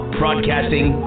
broadcasting